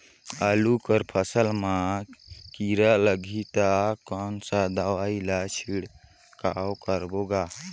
आलू कर फसल मा कीरा लगही ता कौन सा दवाई ला छिड़काव करबो गा?